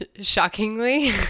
shockingly